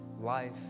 life